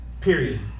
Period